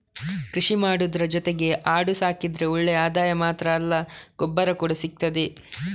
ಕೃಷಿ ಮಾಡುದ್ರ ಜೊತೆಗೆ ಆಡು ಸಾಕಿದ್ರೆ ಒಳ್ಳೆ ಆದಾಯ ಮಾತ್ರ ಅಲ್ಲ ಗೊಬ್ಬರ ಕೂಡಾ ಸಿಗ್ತದೆ